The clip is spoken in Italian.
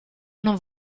non